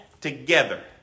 together